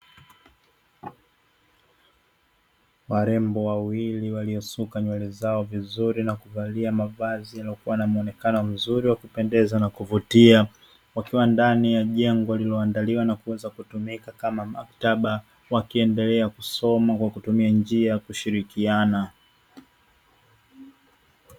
Warembo wawili waliosuka nywele zao vizuri na kuvalia mavazi yaliyokuwa yana muonekano mzuri wa kupendeza na kuvutia wakiwa ndani ya jengo lililoandaliwa na kuweza kutumika kama maktaba wakiendelea kusoma kwa kutumia njia kushirikiana.